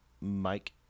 Mike